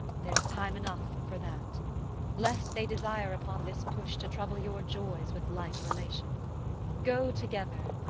there's time enough for that lest they desire upon this push to trouble your joys with like relation go together,